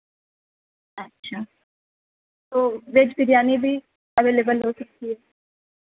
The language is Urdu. اچھا تو ویج بریانی بھی اویلیبل ہو سکتی ہے